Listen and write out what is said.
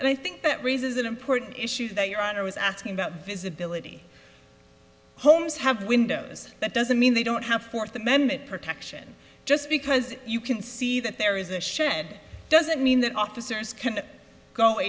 i think that raises an important issue that your honor was asking about visibility homes have windows that doesn't mean they don't have fourth amendment protection just because you can see that there is a shed doesn't mean that officers